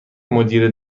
مدیر